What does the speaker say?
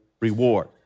reward